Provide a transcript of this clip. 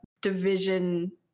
division